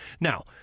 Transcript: Now